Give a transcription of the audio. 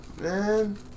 man